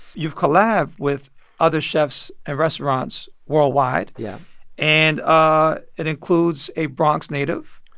you've collabed with other chefs and restaurants worldwide, yeah and ah it includes a bronx native,